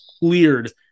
cleared